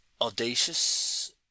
audacious